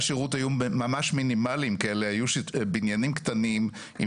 התכנון של הבניין הבודד,